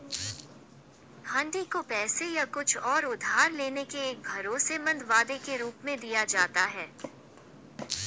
हुंडी को पैसे या कुछ और उधार लेने के एक भरोसेमंद वादे के रूप में दिया जाता है